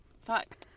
Fuck